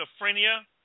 schizophrenia